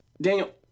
Daniel